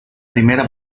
primera